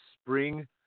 spring